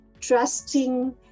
trusting